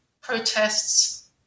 protests